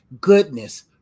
goodness